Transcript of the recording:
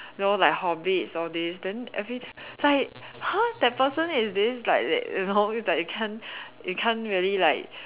you know like hobbits all this then every time like !huh! that person is this like they they you know like you can't you can't really like